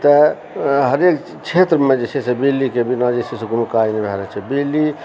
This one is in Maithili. तऽ हरेक क्षेत्रमे जे छै से बिजलीके बिना जे छै से कोनो काज नहि भै रहल छै बिजली